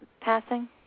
passing